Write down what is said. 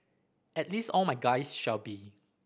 at least all my guys shall be